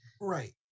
right